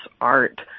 art